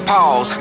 Pause